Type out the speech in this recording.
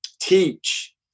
teach